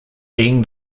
being